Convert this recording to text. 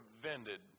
prevented